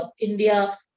India